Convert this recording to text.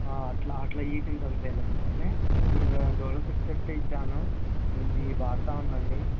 అట్లా అట్లా ఈ సింటమ్సేలే అమ్మ అయితే ఇంకా డోలో సిక్స్ ఫిఫ్టీ ఇచ్చాను ఇది వాడుతూ ఉండండి